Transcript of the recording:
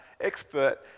expert